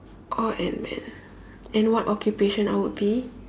or ant man and what occupation I would be